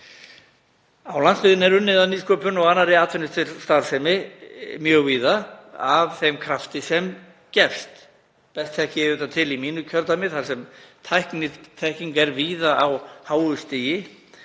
Á landsbyggðinni er unnið að nýsköpun og annarri atvinnustarfsemi mjög víða af þeim krafti sem gefst. Best þekki ég auðvitað til í mínu kjördæmi þar sem tækniþekking er víða á háu stigi